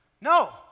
No